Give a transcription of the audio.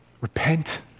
Repent